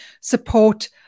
support